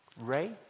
Ray